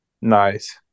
Nice